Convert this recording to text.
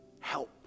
help